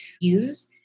use